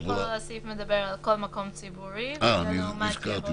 --- פה הסעיף מדבר על כל מקום ציבורי וזה לעומת